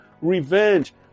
revenge